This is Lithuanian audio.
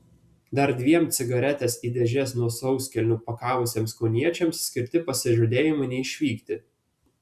dar dviem cigaretes į dėžes nuo sauskelnių pakavusiems kauniečiams skirti pasižadėjimai neišvykti